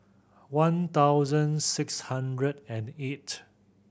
one thousand six hundred and eight